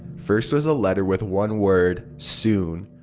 first was a letter with one word. soon.